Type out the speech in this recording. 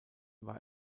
war